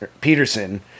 Peterson